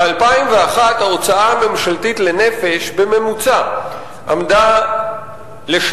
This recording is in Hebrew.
ב-2001 ההוצאה הממשלתית לנפש לשנה עמדה בממוצע